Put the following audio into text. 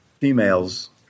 females